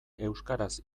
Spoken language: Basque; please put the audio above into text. euskaraz